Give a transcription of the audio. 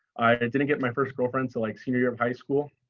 i didn't get my first girlfriend so like senior year of high school,